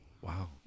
Wow